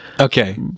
Okay